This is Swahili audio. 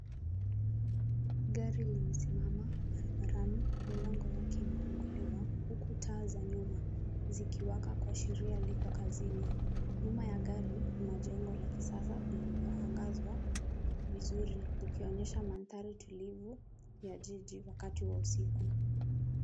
Gari limesimama barabarani milango yake imefunguliwa ukuta za nyuma zikiwaka likiashiria lipo kazini. Nyuma ya gari kuna jengo la kijani lililoangazwa vizuri likionyesha mandhari tulivu ya jiji wakati wa usiku.